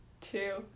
two